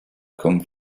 come